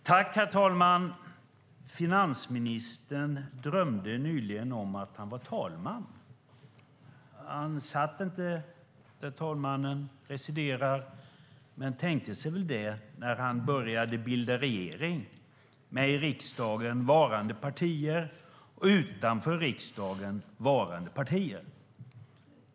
Herr talman! Finansministern drömde nyligen om att han var talman. Han satt inte där talmannen residerar, men tänkte sig väl det när han började bilda regering med i riksdagen varande partier och utanför riksdagen varande partier.